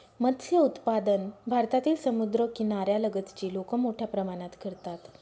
मत्स्य उत्पादन भारतातील समुद्रकिनाऱ्या लगतची लोक मोठ्या प्रमाणात करतात